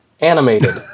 Animated